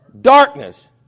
Darkness